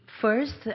first